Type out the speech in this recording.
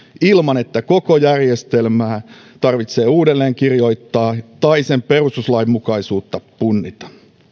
ilman että koko järjestelmää tarvitsee uudelleenkirjoittaa tai sen perustuslainmukaisuutta punnita